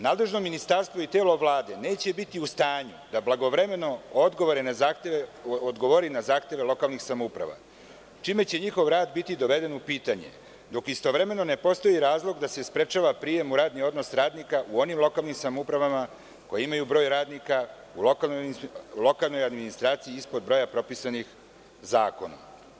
Nadležno ministarstvo i telo Vlade neće biti u stanju da blagovremeno odgovore na zahteve lokalnih samouprave, čime će njihov rad biti doveden u pitanje, dok istovremeno ne postoji razlog da se sprečava prijem u radni odnos radnika u onim lokalnim samoupravama koje imaju broj radnika, u lokalnoj administraciji ispod broja propisanih zakonom.